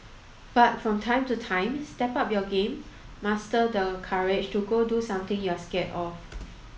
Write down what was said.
but from time to time step up your game muster the courage to go do something you're scared of